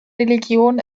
religion